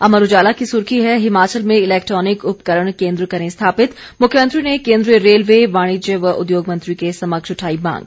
अमर उजाला की सुर्खी है हिमाचल में इलैक्ट्रॉनिक उपकरण केंद्र करें स्थापित मुख्यमंत्री ने केन्द्रीय रलवे वाणिज्य व उद्योग मंत्री के समक्ष उठाई मांग